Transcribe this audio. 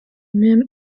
même